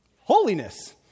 holiness